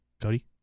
Cody